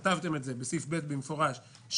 כתבתם את זה בסעיף (ב) במפורש,